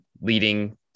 leading